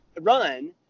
run